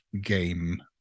game